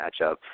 matchup